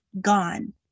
gone